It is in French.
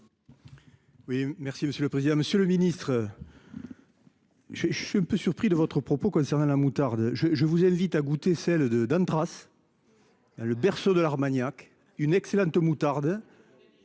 merci monsieur le président, Monsieur le Ministre. J'ai, je suis un peu surpris de votre propos concernant la moutarde je je vous invite à goûter celle de Don trace. Le berceau de l'Armagnac une excellente moutarde.